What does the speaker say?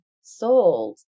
sold